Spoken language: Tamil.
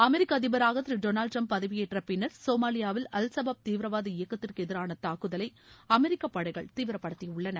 அமெரிக்க அதிபராக திரு டொனால்டு டிரம்ப் பதவியேற்ற பின்னர் சோமாலியாவில் அல் சபாப் தீவிரவாத இயக்கத்திற்கு எதிரான தாக்குதலை அமெரிக்க படைகள் தீவிரப்படுத்தியுள்ளன